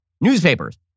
Newspapers